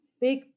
big